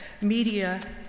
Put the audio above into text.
media